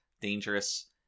dangerous